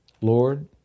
Lord